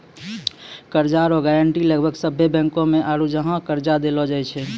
कर्जा रो गारंटी लगभग सभ्भे बैंको मे आरू जहाँ कर्जा देलो जाय छै